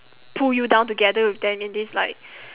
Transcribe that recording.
pull you down together with them in this like